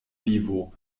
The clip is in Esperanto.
vivo